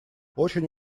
очень